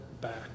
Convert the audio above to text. back